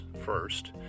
first